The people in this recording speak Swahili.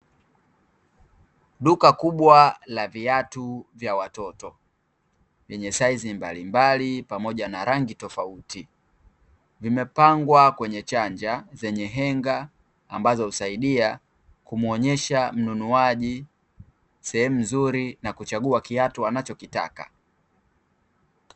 Duka kubwa la viatu vya watoto vyenye saizi mbalimbali pamoja na rangi tofauti, vimepangwa kwenye chanja zenye henga ambazo husidia kumuonyesha mnunuaji sehemu nzuri, na kuchagua kiatu anachokitaka.